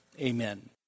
amen